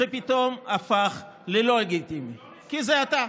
זה פתאום הפך ללא לגיטימי, כי זה אתה.